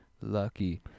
lucky